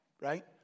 right